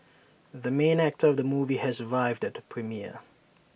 the main actor of the movie has arrived at the premiere